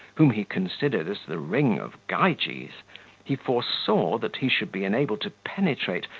whom he considered as the ring of gyges, he foresaw, that he should be enabled to penetrate,